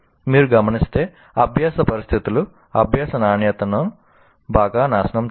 మీరు గమనిస్తే అభ్యాస పరిస్థితులు అభ్యాస నాణ్యతను బాగా నాశనం చేస్తాయి